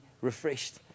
refreshed